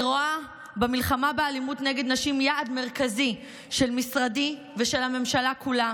אני רואה במלחמה באלימות נגד נשים יעד מרכזי של משרדי ושל הממשלה כולה,